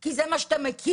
כי זה מה שאתה מכיר.